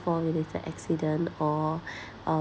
formulated accident or uh